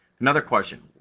another question,